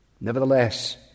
Nevertheless